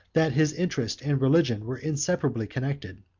that his interest and religion were inseparably connected,